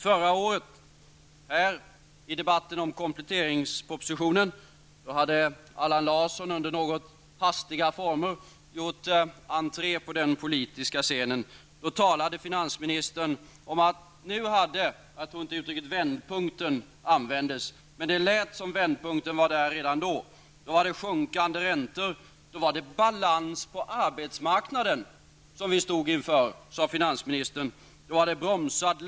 Under debatten om kompletteringspropositionen förra året, gjorde Allan Larsson under något hastiga former entré på den politiska scenen. Jag tror inte uttrycket vändpunkt användes, men det lät som om vändpunkten var där redan då med sjunkande räntor osv. Finansministern talade om att vi stod inför en balans på arbetsmarknaden.